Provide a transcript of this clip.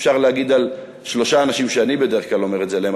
אפשר להגיד על שלושה אנשים שאני בדרך כלל אומר את זה עליהם,